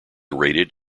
rated